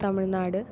Tamil Nadu